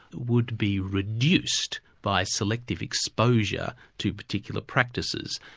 would be reduced by selective exposure to particular practices.